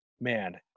man